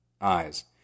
eyes